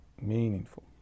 Meaningful